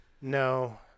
No